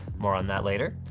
more on that later.